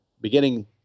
beginning